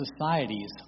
societies